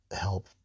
help